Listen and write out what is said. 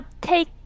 take